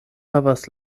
havas